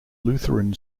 lutheran